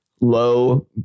Low